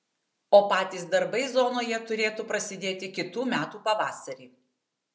o patys darbai zonoje turėtų prasidėti kitų metų pavasarį